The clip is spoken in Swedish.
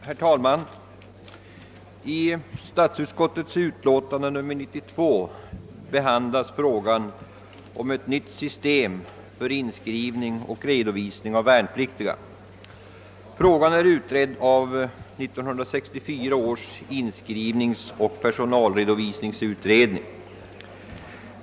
Herr talman! I statsutskottets utlåtande nr 92 behandlas frågan om ett nytt system för inskrivning och redovisning av värnpliktiga. Frågan är ut redd av 1964 års inskrivningsoch personalredovisningsutredning.